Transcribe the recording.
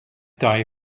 die